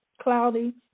cloudy